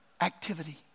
activity